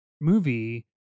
movie